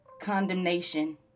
condemnation